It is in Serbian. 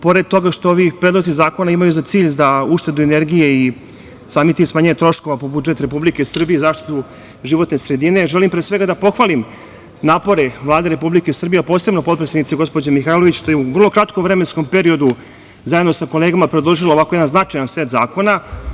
Pored toga što ovi predlozi zakona imaju za cilj uštedu energije i samim tim smanjenje troškova po budžet Republike Srbije i zaštite životne sredine, želim pre svega da pohvalim napore Vlade Republike Srbije, a posebno potpredsednice gospođe Mihajlović što je u vrlo kratkom vremenskom periodu, zajedno sa kolegama, predložila ovako jedan značajan set zakona.